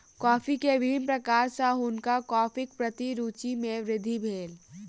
coffee के विभिन्न प्रकार सॅ हुनकर कॉफ़ीक प्रति रूचि मे वृद्धि भेल